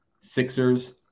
Sixers